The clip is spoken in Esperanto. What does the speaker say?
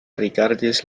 rigardis